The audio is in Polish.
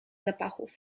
zapachów